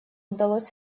удалось